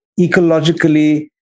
ecologically